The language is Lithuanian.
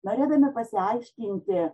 norėdami pasiaiškinti